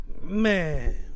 Man